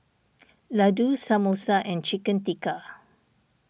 Ladoo Samosa and Chicken Tikka